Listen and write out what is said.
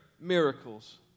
miracles